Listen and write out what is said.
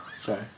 sorry